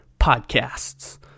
podcasts